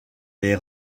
les